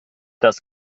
das